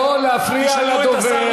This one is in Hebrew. נא לא להפריע לדובר.